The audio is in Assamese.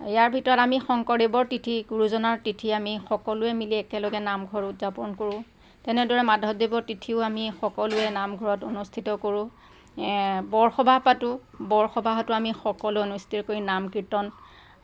ইয়াৰ ভিতৰত আমি শংকৰদেৱৰ তিথি গুৰুজনাৰ তিথি আমি সকলোৱে মিলি একেলগে নামঘৰত উদযাপন কৰোঁ তেনেদৰে মাধৱদেৱৰ তিথিও আমি সকলোৱে নামঘৰত অনুষ্ঠিত কৰোঁ বৰসবাহ পাতোঁ বৰসবাহতো আমি কৰি নাম কীৰ্তন